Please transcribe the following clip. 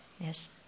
Yes